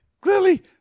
clearly